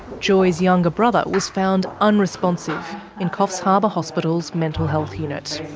joy's younger brother was found unresponsive in coffs harbour hospital's mental health unit.